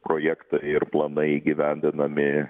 projektai ir planai įgyvendinami